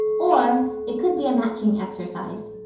or it could be a matching exercise.